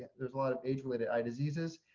there's a lot of age-related eye diseases.